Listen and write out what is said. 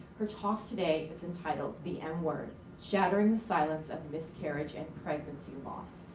her talk today is entitled the m word shattering the silence of miscarriage and pregnancy loss.